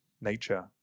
nature